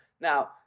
Now